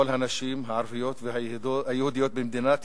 לכל הנשים הערביות והיהודיות במדינת